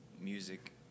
Music